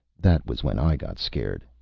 that was when i got scared.